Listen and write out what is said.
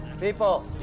People